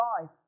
life